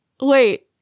Wait